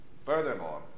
Furthermore